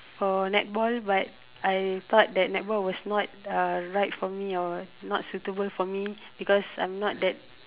for netball but I thought that netball was not uh right for me or not suitable for me because I'm not that